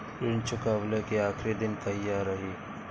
ऋण चुकव्ला के आखिरी दिन कहिया रही?